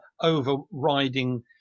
overriding